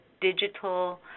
digital